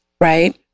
Right